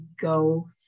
go